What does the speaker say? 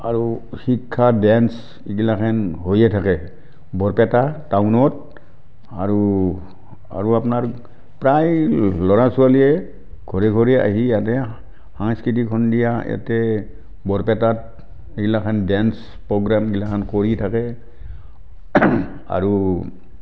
আৰু শিক্ষা ডেঞ্চ এইগিলাখেন হৈয়ে থাকে বৰপেটা টাউনত আৰু আৰু আপোনাৰ প্ৰায় ল'ৰা ছোৱালীয়ে ঘৰে ঘৰে আহি ইয়াতে সাংস্কৃতিক সন্ধিয়া ইয়াতে বৰপেটাত এইগিলাখেন ডেঞ্চ প্ৰগেমগিলাখেন কৰি থাকে আৰু